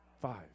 Five